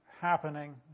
happening